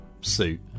suit